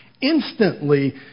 Instantly